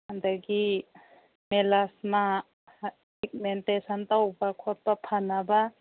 ꯑꯗꯒꯤ ꯄꯤꯛꯃꯦꯟꯇꯦꯁꯟ ꯇꯧꯕ ꯈꯣꯠꯄ ꯐꯅꯕ